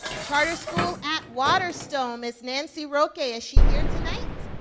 charter school at waterstone, ms. nancy roque. is she here tonight?